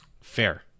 fair